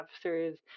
officers